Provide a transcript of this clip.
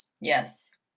Yes